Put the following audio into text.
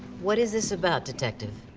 what is this about, detective?